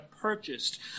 purchased